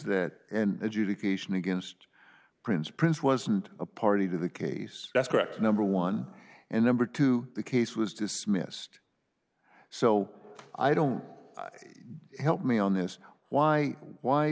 that and adjudication against prince prince wasn't a party to the case that's correct number one and number two the case was dismissed so i don't help me on this why why